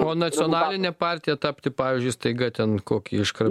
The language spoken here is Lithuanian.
o nacionaline partija tapti pavyzdžiui staiga ten kokį iškart